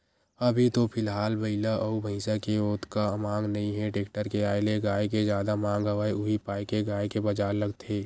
अभी तो फिलहाल बइला अउ भइसा के ओतका मांग नइ हे टेक्टर के आय ले गाय के जादा मांग हवय उही पाय के गाय के बजार लगथे